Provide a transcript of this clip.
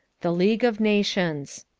the league of nations.